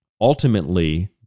ultimately